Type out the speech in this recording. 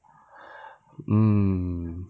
mm